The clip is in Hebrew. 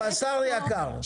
הבשר יקר.